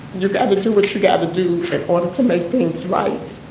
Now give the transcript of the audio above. you got to do what you got to do in order to make things right.